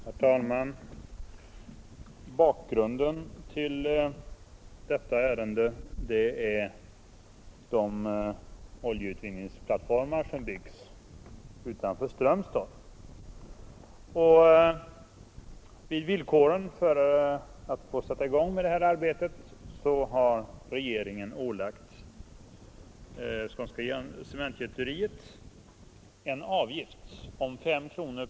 Herr talman! Bakgrunden till detta ärende är att ett företag har fått tillstånd att bygga oljeutvinningsplattformar utanför Strömstad. I villkoren för att sätta i gång med arbetet har regeringen ålagt företaget, AB Skånska Cementgjuteriet, att betala en avgift om 5 kr.